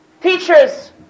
Teachers